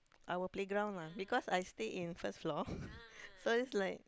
our playground lah because I stay at first floor so it's like